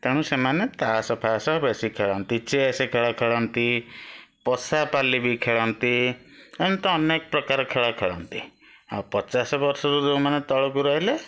ତେଣୁ ସେମାନେ ତାସ ଫାସ ବେଶୀ ଖେଳନ୍ତି ଚେସ୍ ଖେଳ ଖେଳନ୍ତି ପଶାପାଲି ବି ଖେଳନ୍ତି ଏମିତି ତ ଅନେକ ପ୍ରକାର ଖେଳ ଖେଳନ୍ତି ଆଉ ପଚାଶ ବର୍ଷରୁ ଯେଉଁମାନେ ତଳକୁ ରହିଲେ